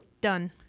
Done